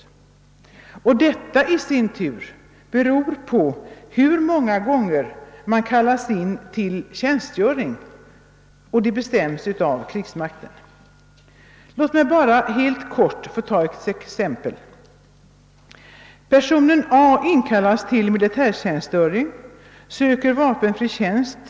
Och detta i sin tur beror på hur många gånger man kallas in till tjänstgöring, vilket bestäms av krigsmakten. Låt mig helt kort få anföra ett exempel. Personen A inkallas till militärtjänstgöring och söker vapenfri tjänst.